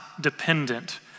dependent